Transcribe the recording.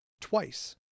twice